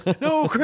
No